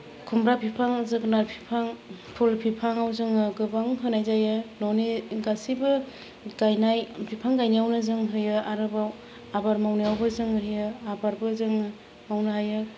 खुमब्रा बिफां जोगोनार बिफां फुल बिफाङाव जोङो गोबां होनाय जायो न'नि गासैबो गायनाय बिफां गायनायावनो जों होनाय जायो आरोबाव आबाद मावनायावबो जों होयो आबादबो जों मावनो हायो